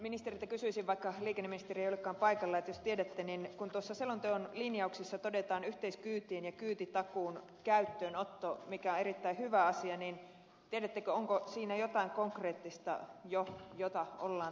ministeriltä kysyisin vaikka liikenneministeri ei olekaan paikalla että jos tiedätte kun tuossa selonteon linjauksessa todetaan yhteiskyytien ja kyytitakuun käyttöönotto mikä on erittäin hyvä asia niin tiedättekö onko siinä jotain konkreettista jo mitä ollaan tekemässä